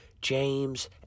James